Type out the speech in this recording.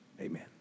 Amen